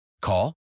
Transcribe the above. Call